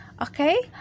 Okay